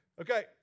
Okay